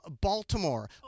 Baltimore